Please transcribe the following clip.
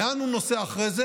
לאן הוא נוסע אחר כך?